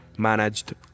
managed